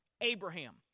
Abraham